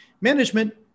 management